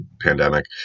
pandemic